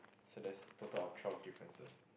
so there's total of twelve differences